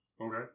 Okay